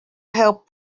helped